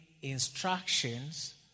instructions